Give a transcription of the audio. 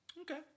Okay